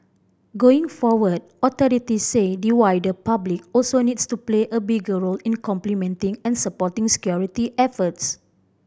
going forward authorities say the wider public also needs to play a bigger role in complementing and supporting security efforts